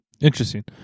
interesting